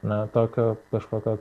na tokio kažkokio